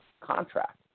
contract